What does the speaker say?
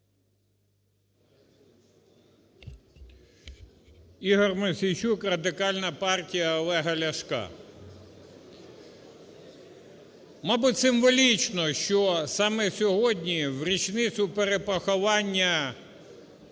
Ігор Мосійчук, Радикальна партія Олега Ляшка. Мабуть символічно, що саме сьогодні, в річницю перепоховання